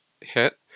hit